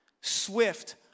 swift